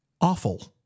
Awful